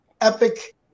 epic